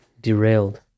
derailed